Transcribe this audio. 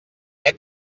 què